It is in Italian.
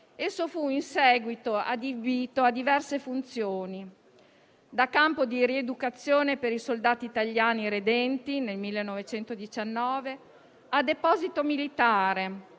esso fu in seguito adibito a diverse funzioni: da campo di rieducazione per i soldati italiani redenti nel 1919 a deposito militare;